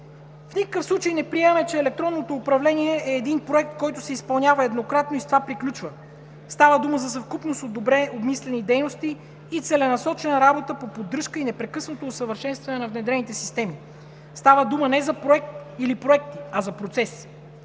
В никакъв случай не приемаме, че електронното управление е един проект, който се изпълнява еднократно и с това приключва. Става дума за съвкупност от добре обмислени дейности и целенасочена работа по поддръжка и непрекъснато усъвършенстване на внедрените системи. Става дума не за проект, а за процес.